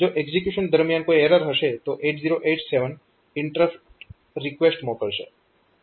જો એક્ઝીક્યુશન દરમિયાન કોઈ એરર હશે તો 8087 ઈન્ટરપ્ટ રિકવેસ્ટ મોકલશે